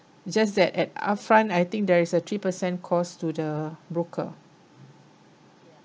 just that at upfront I think there is a three percent costs to the broker